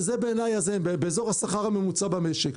באזור השכר הממוצע במשק.